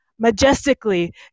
majestically